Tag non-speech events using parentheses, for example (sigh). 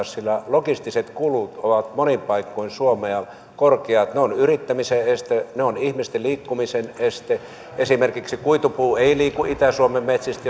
(unintelligible) sillä logistiset kulut ovat monin paikoin suomessa korkeat ne ovat yrittämisen este ne ovat ihmisten liikkumisen este esimerkiksi kuitupuu ei liiku itä suomen metsistä (unintelligible)